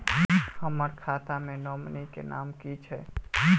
हम्मर खाता मे नॉमनी केँ नाम की छैय